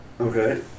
Okay